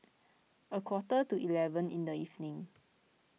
a quarter to eleven in the evening